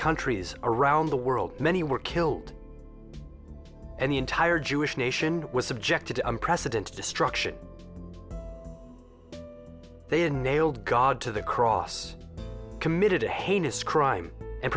countries around the world many were killed and the entire jewish nation was subjected to unprecedented destruction they had nailed god to the cross committed a heinous